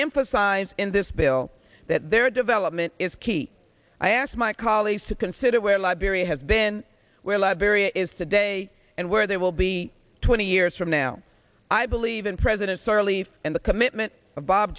emphasize in this bill that their development is key i asked my colleagues to consider where liberia has been where liberia is today and where they will be twenty years from now i believe in president sirleaf and the commitment